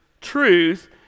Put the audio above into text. truth